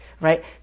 right